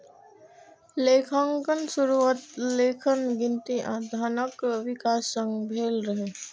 लेखांकनक शुरुआत लेखन, गिनती आ धनक विकास संग भेल रहै